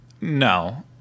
no